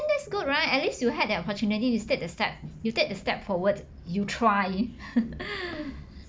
that's good right at least you had that opportunity to take the step you take the step forward you try